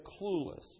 clueless